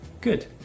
Good